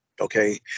okay